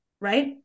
right